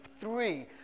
three